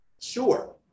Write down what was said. Sure